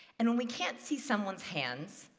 and when we can't see someone's hands,